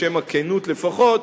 בשם הכנות לפחות,